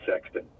Sexton